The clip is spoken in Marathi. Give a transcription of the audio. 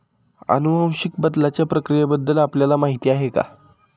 अनुवांशिक बदलाच्या प्रक्रियेबद्दल आपल्याला माहिती आहे का?